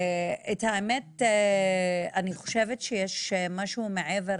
אני חושבת שיש משהו מעבר